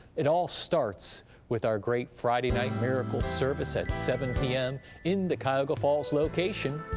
it all starts with our great friday night miracle service at seven pm in the cuyahoga falls location,